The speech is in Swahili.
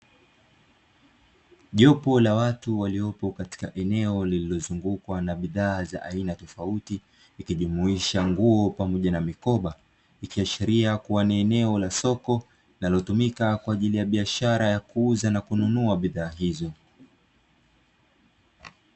Jopo la watu waliopo katika eneo lililozungukwa na bidhaa za aina tofauti, ukijumuisha nguo pamoja na mikoba, ikiashiria kuwa ni eneo la soko linalotumika kwaajili ya biashara ya kuuza na kununua bidhaa hizo.